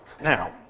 Now